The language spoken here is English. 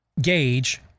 gauge